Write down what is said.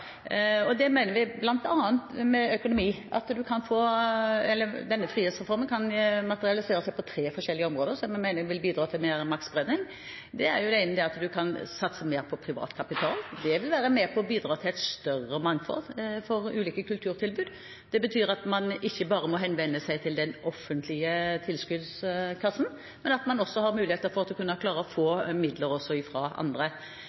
og mer maktspredning. Det er det som ligger til grunn for denne frihetsreformen, som vi også tidligere har hatt muligheten til å diskutere. Frihetsreformen kan materialisere seg på tre forskjellige områder, som vi mener vil bidra til mer maktspredning. Det ene er at man kan satse mer på privat kapital. Det vil bidra til et større mangfold av ulike kulturtilbud. Det betyr at man ikke bare må henvende seg til den offentlige tilskuddskassen, men at man også har mulighet for å få midler fra andre.